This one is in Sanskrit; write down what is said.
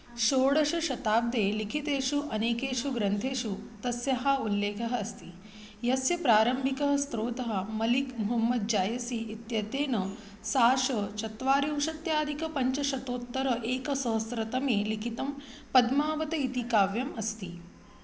षोडशशताब्दे लिखितेषु अनेकेषु ग्रन्थेषु तस्याः उल्लेखः अस्ति यस्य प्रारम्भिकः स्त्रोतः मलिक् मुहम्मद् जायसि इत्यनेन सा श चत्वारिंशत्यधिकपञ्चशतोत्तरम् एकसहस्रतमे लिखितं पद्मावती इति काव्यम् अस्ति